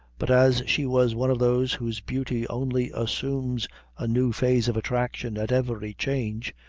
but as she was one of those whose beauty only assumes a new phase of attraction at every change,